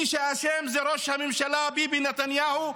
מי שאשם זה ראש הממשלה ביבי נתניהו,